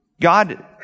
God